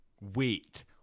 Wait